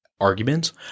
arguments